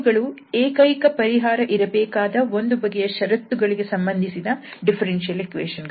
ಇವುಗಳು ಏಕೈಕ ಪರಿಹಾರ ಇರಬೇಕಾದ ಒಂದು ಬಗೆಯ ಷರತ್ತುಗಳಿಗೆ ಸಂಬಂಧಿಸಿದ ಡಿಫ್ಫೆರೆನ್ಶಿಯಲ್ ಇಕ್ವೇಶನ್ ಗಳು